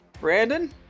Brandon